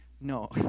No